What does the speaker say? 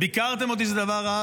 וביקרתם אותי שזה דבר רע.